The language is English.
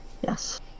Yes